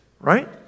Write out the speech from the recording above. right